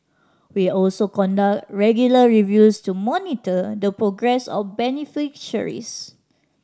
we also conduct regular reviews to monitor the progress of beneficiaries